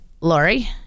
Lori